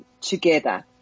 together